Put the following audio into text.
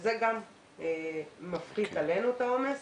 זה מוריד מאתנו את העומס